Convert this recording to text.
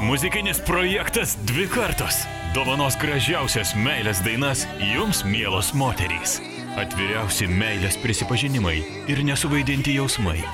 muzikinis projektas dvi kartos dovanos gražiausias meilės dainas jums mielos moterys atviriausi meilės prisipažinimai ir nesuvaidinti jausmai